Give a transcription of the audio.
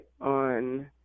on